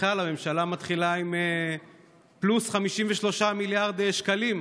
בכלל הממשלה מתחילה עם זה פלוס 53 מיליארד שקלים.